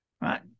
right